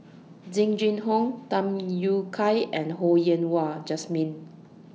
Jing Jun Hong Tham Yui Kai and Ho Yen Wah Jesmine